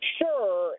sure